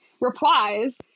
replies